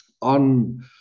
On